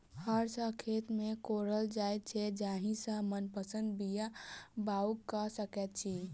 हर सॅ खेत के कोड़ल जाइत छै जाहि सॅ मनपसंद बीया बाउग क सकैत छी